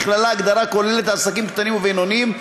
נכללה הגדרה כוללת לעסקים קטנים ובינוניים,